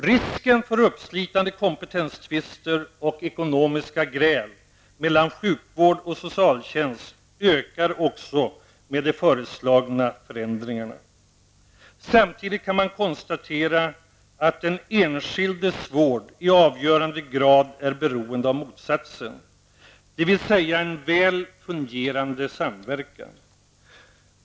Risken för uppslitande kompetenstvister och ekonomiska gräl mellan sjukvård och socialtjänst ökar också med de föreslagna förändringarna. Samtidigt kan man konstatera att den enskildes vård i avgörande grad är beroende av motsatsen, dvs. en väl fungerande samverkan.